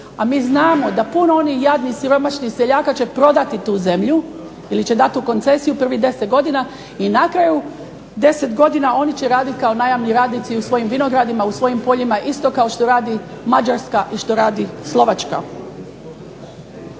a mi znamo da puno onih jadnih siromašnih seljaka će prodati tu zemlju ili će dat u koncesiju prvih 10 godina i na kraju 10 godina oni će radit kao najamni radnici u svojim vinogradima, u svojim poljima isto kao što radi Mađarska i što radi Slovačka.